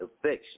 affection